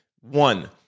One